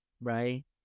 right